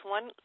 One